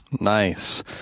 Nice